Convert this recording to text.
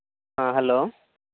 ᱦᱚᱸ ᱦᱮᱞᱳ